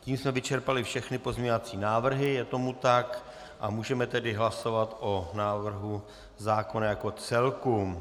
Tím jsme vyčerpali všechny pozměňovací návrhy, je tomu tak, a můžeme tedy hlasovat o návrhu zákona jako celku.